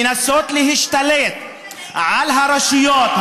מנסות להשתלט על הרשויות,